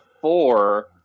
four